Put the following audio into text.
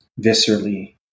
viscerally